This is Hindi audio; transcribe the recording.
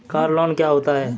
कार लोन क्या होता है?